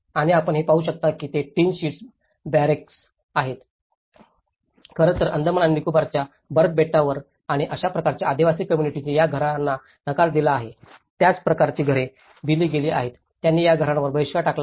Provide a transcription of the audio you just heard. आणि आपण जे पाहू शकता ते टिन शीट्सची बॅरेक्स आहे खरं तर अंदमान आणि निकोबारच्या बर्फ बेटांवर आणि अशा प्रकारच्या आदिवासी कोम्मुनिटीनी या घरांना नकार दिला आहे त्याच प्रकारची घरे दिली गेली आहेत त्यांनी या घरांवर बहिष्कार टाकला आहे